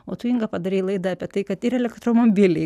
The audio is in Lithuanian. o tu inga padarei laidą apie tai kad ir elektromobiliai